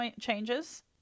changes